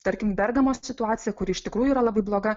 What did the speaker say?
tarkim bergamo situacija kuri iš tikrųjų yra labai bloga